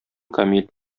камил